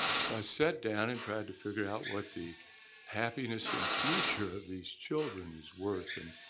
so i sat down and tried to figure out what the happiness and future of these children's worth and